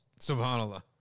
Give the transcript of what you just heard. SubhanAllah